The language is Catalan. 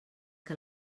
que